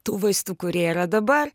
tų vaistų kurie yra dabar